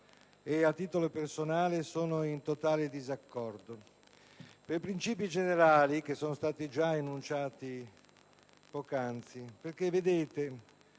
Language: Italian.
e, a titolo personale, sono in totale disaccordo per i princìpi generali che sono stati già enunciati poc'anzi. Quando